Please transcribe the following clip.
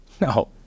No